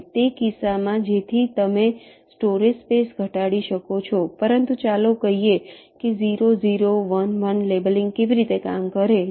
તે કિસ્સામાં જેથી તમે સ્ટોરેજ સ્પેસ ઘટાડી શકો છો પરંતુ ચાલો કહીએ કે 0 0 1 1 લેબલિંગ કેવી રીતે કામ કરે છે